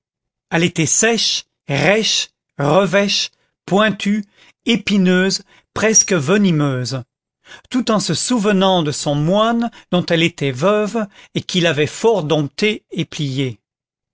elle était sèche rêche revêche pointue épineuse presque venimeuse tout en se souvenant de son moine dont elle était veuve et qui l'avait fort domptée et pliée